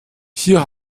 hier